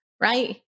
right